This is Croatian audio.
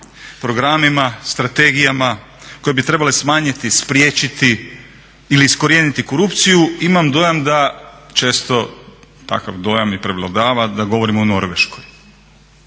programima, strategijama koje bi trebale smanjiti, spriječiti ili iskorijeniti korupciju imam dojam da često, takav dojam i prevladava da govorimo o Norveškoj.